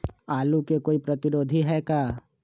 आलू के कोई प्रतिरोधी है का?